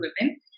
women